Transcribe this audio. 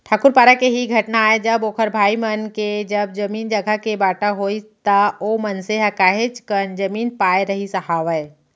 ठाकूर पारा के ही घटना आय जब ओखर भाई मन के जब जमीन जघा के बाँटा होइस त ओ मनसे ह काहेच कन जमीन पाय रहिस हावय